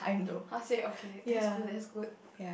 [huh] say okay that's good that's good